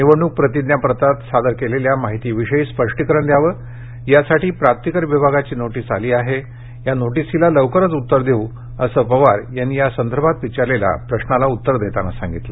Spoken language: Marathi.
निवडणूक प्रतिज्ञापत्रात सादर केलेल्या माहितीविषयी स्पष्टीकरण द्यावं यासाठी प्राप्तिकर विभागाची नोटीस आली आहे या नोटीशीला लवकरच उत्तर देऊ असं पवार यांनी यासंदर्भात विचारलेल्या प्रश्नाला उत्तर देताना सांगितलं